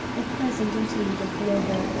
a pleasant interlude of weather,